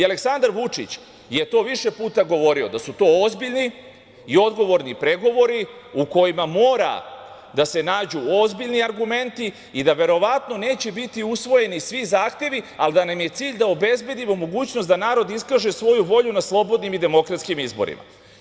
Aleksandar Vučić je to više puta govorio, da su to ozbiljni i odgovorni pregovori u kojima mora da se nađu ozbiljni argumenti i da verovatno neće biti usvojeni svi zahtevi, ali da nam je cilj da obezbedimo mogućnost da narod iskaže svoju volju na slobodnim i demokratskim izborima.